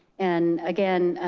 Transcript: and again,